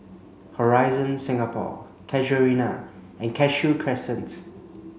Horizon Singapore Casuarina and Cashew Crescent